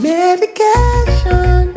medication